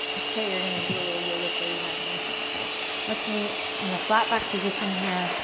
it's okay. you're going to do a little yoga for the imagination. so let's meet in a flat back position here.